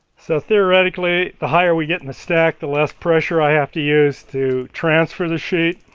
so theoretically, the higher we get in the stack, the less pressure i have to use to transfer the sheet